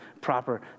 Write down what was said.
proper